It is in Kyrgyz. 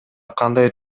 кандай